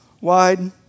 wide